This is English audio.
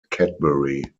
cadbury